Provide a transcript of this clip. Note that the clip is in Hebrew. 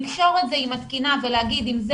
לקשור את זה עם התקינה ולהגיד: אם זה